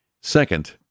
second